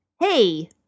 hey